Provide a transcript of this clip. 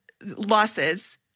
losses